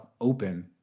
open